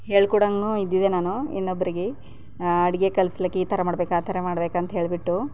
ಹೇಳ್ಕೊಂಡಂಗೂ ಇದ್ದಿದೆ ನಾನು ಇನ್ನೊಬ್ರಿಗೆ ಅಡುಗೆ ಕಲಸ್ಲಕ್ಕ ಈ ಥರ ಮಾಡ್ಬೇಕು ಆ ಥರ ಮಾಡ್ಬೇಕಂಥೇಳ್ಬಿಟ್ಟು